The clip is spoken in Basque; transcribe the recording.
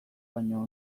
baino